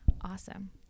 Awesome